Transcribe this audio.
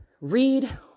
read